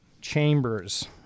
Chambers